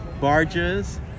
barges